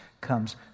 comes